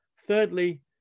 Thirdly